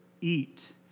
eat